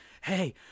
hey